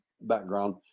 background